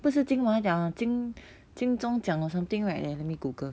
不是金马奖金金钟奖 or something right wait let me Google